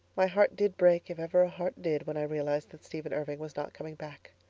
my heart did break, if ever a heart did, when i realized that stephen irving was not coming back.